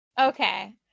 Okay